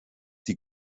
die